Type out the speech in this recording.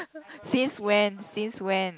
so since when since when